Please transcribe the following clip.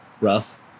rough